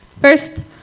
First